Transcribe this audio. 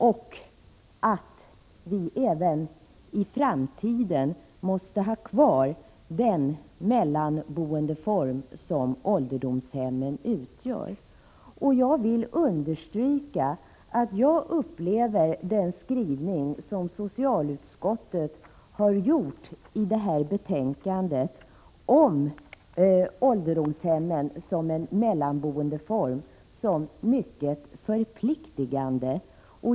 Vi måste även i framtiden ha kvar den mellanboendeform som ålderdomshemmen utgör. Jag vill understryka att jag upplever den skrivning som socialutskottet har gjort i det här betänkandet om ålderdomshemmen som mellanboendeform som mycket förpliktigande.